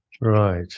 Right